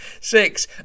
Six